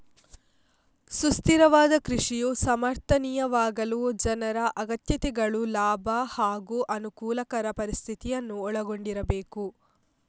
ಸುಸ್ಥಿರವಾದ ಕೃಷಿಯು ಸಮರ್ಥನೀಯವಾಗಲು ಜನರ ಅಗತ್ಯತೆಗಳು ಲಾಭ ಹಾಗೂ ಅನುಕೂಲಕರ ಪರಿಸ್ಥಿತಿಯನ್ನು ಒಳಗೊಂಡಿರಬೇಕು